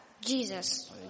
Jesus